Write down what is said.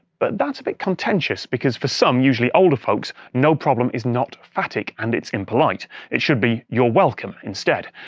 but that's a bit contentious because for some, usually older, folks no problem is not phatic and it's impolite it should be you're welcome instead.